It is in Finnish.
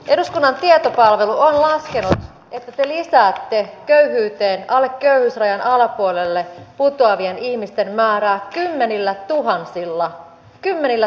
eduskunnan tietopalvelu on laskenut että te lisäätte köyhyyteen köyhyysrajan alapuolelle putoavien ihmisten määrää kymmenillätuhansilla